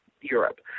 Europe